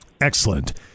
Excellent